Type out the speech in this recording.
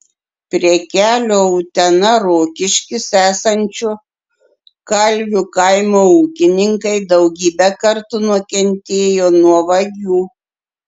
prie kelio utena rokiškis esančio kalvių kaimo ūkininkai daugybę kartų nukentėjo nuo vagių